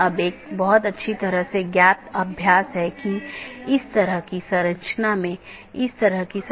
जो हम चर्चा कर रहे थे कि हमारे पास कई BGP राउटर हैं